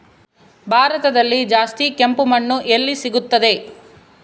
ಭಾರತದಲ್ಲಿ ಜಾಸ್ತಿ ಕೆಂಪು ಮಣ್ಣು ಎಲ್ಲಿ ಸಿಗುತ್ತದೆ?